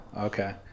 Okay